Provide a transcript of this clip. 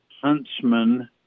Huntsman